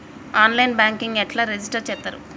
On line banking ఎట్లా register చేత్తరు?